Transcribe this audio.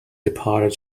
departed